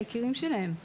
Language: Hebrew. להתכנס כאן ב-2023,